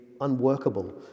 unworkable